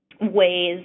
ways